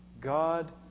God